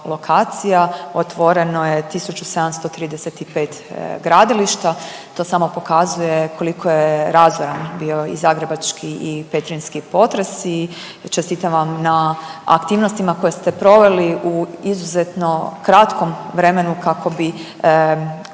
otvoreno je 1.735 gradilišta, to samo pokazuje koliko je razoran bio i zagrebački i petrinjski potres i čestitam vam na aktivnostima koje ste proveli u izuzetno kratkom vremenu kako bi